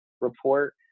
report